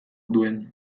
duen